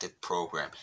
program